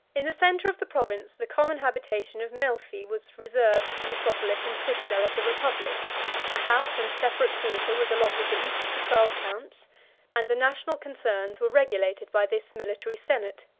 in the centre of the province, the common habitation of melphi was reserved as the metropolis and citadel of the republic a house and separate quarter was allotted to each of the twelve counts and the national concerns were regulated by this military senate.